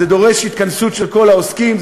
זה דורש התכנסות של כל העוסקים,